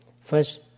First